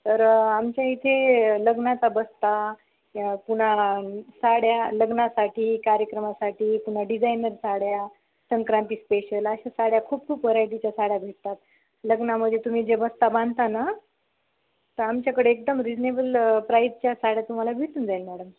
तर आमच्या इथे लग्नाचा बस्ता त्या पुन्हा साड्या लग्नासाठी कार्यक्रमासाठी पुन्हा डिझायनर साड्या संक्रांती स्पेशल अशा साड्या खूप खूप व्हरायटीच्या साड्या भेटतात लग्नामध्ये तुम्ही जे बस्ता बांधता ना तर आमच्याकडे एकदम रिजनेबल प्राईजच्या साड्या तुम्हाला भेटून जाईल मॅडम